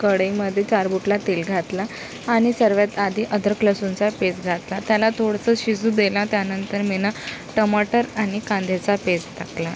कढईमध्ये चार बोटला तेलं घातला आणि सर्वात आधी अद्रक लसूणच पेस घातला त्याला थोडसं शिजू दिला त्यांनतर मी ना टमाटर आणि कांद्याचा पेस घातला